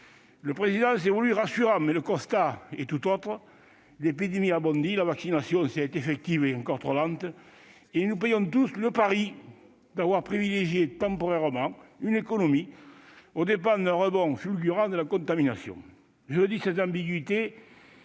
Le Président s'est voulu rassurant, mais le constat est tout autre : l'épidémie a bondi, la vaccination, si elle est effective, est encore trop lente et nous payons tous le pari d'avoir privilégié temporairement l'économie, au risque d'un rebond fulgurant de la contamination. Je le dis sans ambiguïté